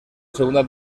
segunda